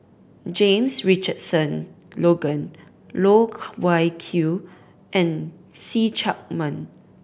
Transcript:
James Richardson Logan Loh Wai Kiew and See Chak Mun